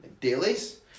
Dailies